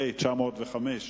פ/1166,